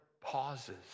pauses